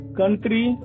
country